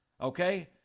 okay